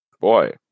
boy